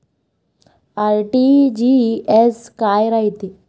RTGS काय रायते?